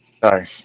sorry